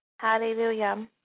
Hallelujah